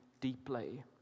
deeply